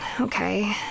Okay